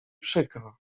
przykro